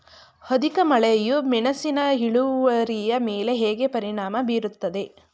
ಅಧಿಕ ಮಳೆಯು ಮೆಣಸಿನ ಇಳುವರಿಯ ಮೇಲೆ ಹೇಗೆ ಪರಿಣಾಮ ಬೀರುತ್ತದೆ?